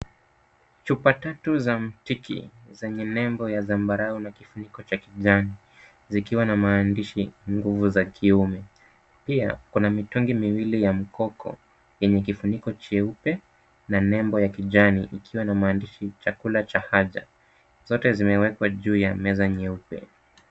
Chupa tatu za mtiki zenye nembo ya zambarau na kifuniko cha kijani, zikiwa na maandishi Nguvu za Kiume. Pia kuna mitungi miwili ya mkoko yenye kifuniko cheupe na nembo ya kijani ikiwa na maandishi chakula cha haja. Zote zimewekwa juu ya meza nyeupe.